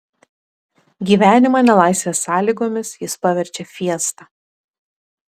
gyvenimą nelaisvės sąlygomis jis paverčia fiesta